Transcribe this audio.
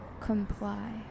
Comply